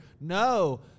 no –